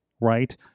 right